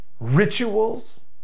rituals